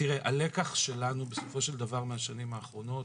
הלקח שלנו מהשנים האחרונות,